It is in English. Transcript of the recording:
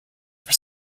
for